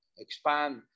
Expand